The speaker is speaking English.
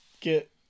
get